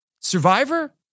Survivor